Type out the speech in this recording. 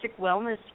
wellness